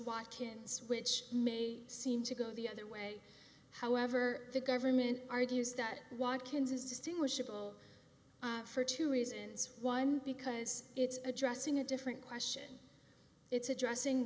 watkins which may seem to go the other way however the government argues that watkins is distinguishable for two reasons one because it's addressing a different question it's addressing